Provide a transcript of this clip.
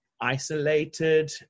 isolated